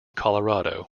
colorado